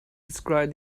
described